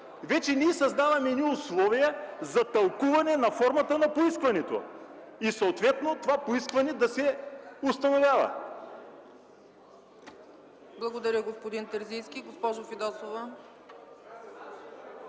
Вече създаваме условия за тълкуване на формата на поискването. И съответно това поискване да се установява.